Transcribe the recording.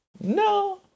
No